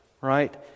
right